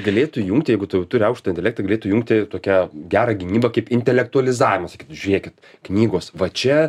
galėtų jungt jeigu tu turi aukštą intelektą galėtų jungti tokią gerą gynybą kaip intelektualizavimas sakytų žiūrėkit knygos va čia